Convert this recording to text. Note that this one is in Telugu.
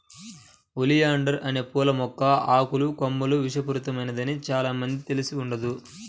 ఒలియాండర్ అనే పూల మొక్క ఆకులు, కొమ్మలు విషపూరితమైనదని చానా మందికి తెలిసి ఉండదు